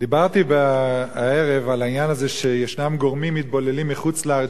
דיברתי הערב על זה שיש גורמים מתבוללים מחוץ-לארץ